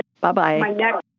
bye-bye